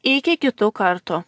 iki kitų kartų